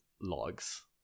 logs